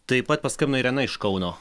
taip pat paskambino irena iš kauno